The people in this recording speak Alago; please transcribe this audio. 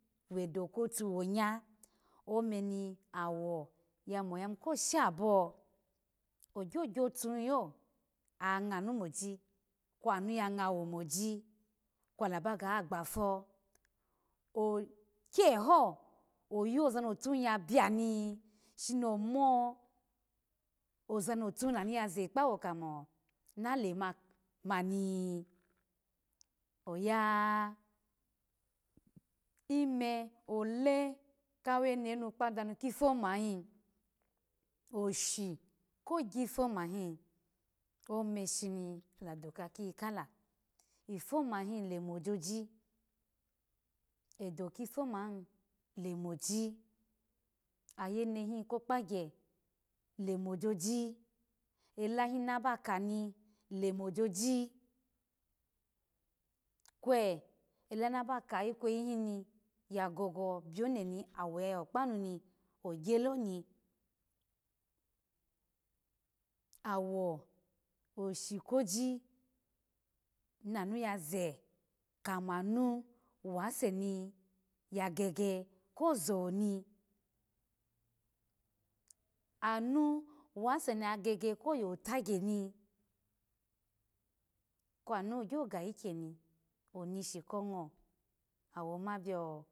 Wedo kotu wonye ome awo yayi mu ko shabo, ogyo gyotu hi yo oya ngwo moji kwo nu ya ngwo moji kwo laba ga gbafo okye ho oyoza no tu hiya biami, shini omo oza notu yaza kpawo kamo nale ma mani oya ime ole ka wene nu kpa wadanu kifoma hin oshi ko gifoma hin omeshini ala do ka kiyikala, ifoma nin lemojoji edo kifoma lemoji, ayene hin ko kpayya lemojoji, elahin naba ka ni lemojoji, kwe elahi naba ka ikweyi hin ni ya gogo byu de nowo yawu kpanu ni no gyolo ni, owu oshi koji nanu yaze kamanu wase ni ya gege kho zoni anu wase niyagege koyo tagyani kwo nu ogyo ga ikyeni oneshi ko ngo awo ma bio